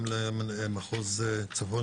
גם למנהל מחוז צפון